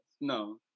No